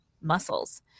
muscles